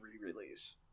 re-release